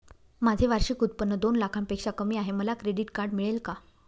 माझे वार्षिक उत्त्पन्न दोन लाखांपेक्षा कमी आहे, मला क्रेडिट कार्ड मिळेल का?